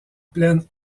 plaine